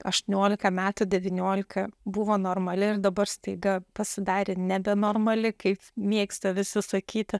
aštuoniolika metų devyniolika buvo normali ir dabar staiga pasidarė nebenormali kaip mėgsta visi sakyti